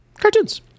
cartoons